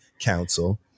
Council